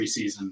preseason